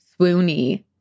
swoony